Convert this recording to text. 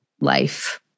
life